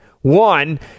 One